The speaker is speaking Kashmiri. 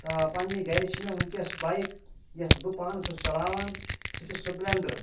ٲں پَننہِ گَھرِ چھِ مےٚ وُنکٮ۪ن بایِک یۄس بہٕ پانہٕ چھُس چلاوان سُہ چھُ سپلیٚنڈَر